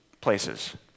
places